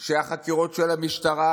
שהחקירות של המשטרה,